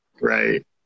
Right